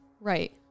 right